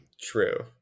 True